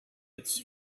its